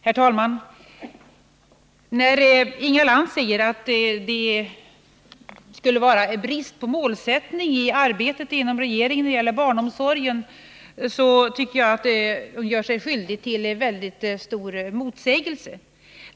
Herr talman! När Inga Lantz säger att det skulle vara brist på målsättning i arbetet i regeringen när det gäller barnomsorgen tycker jag att hon gör sig skyldig till en väldigt stor motsägelse.